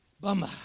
bummer